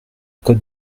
code